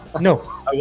No